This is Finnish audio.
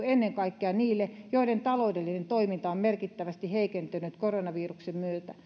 ennen kaikkea niille joiden taloudellinen toiminta on merkittävästi heikentynyt koronaviruksen myötä